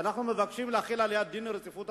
שאנחנו מבקשים להחיל עליה דין רציפות,